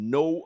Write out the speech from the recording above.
no